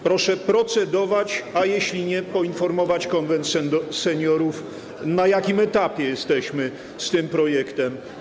Proszę procedować nad tym, a jeśli nie, proszę poinformować Konwent Seniorów, na jakim etapie jesteśmy z tym projektem.